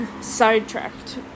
sidetracked